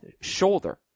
shoulder